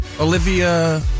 Olivia